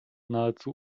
nahezu